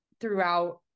throughout